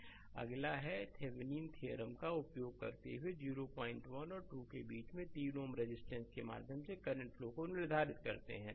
slide समय देखें 1334 अगला एक है थेविनीन थ्योरम का उपयोग करते हुए 01 और 2 के बीच तीन Ω रजिस्टेंस के माध्यम से करंट फ्लो को निर्धारित करते हैं